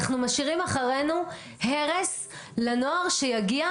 אנחנו משאירים אחרינו הרס לנוער שיגיע,